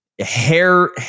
hair